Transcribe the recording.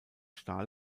stahl